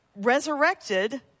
resurrected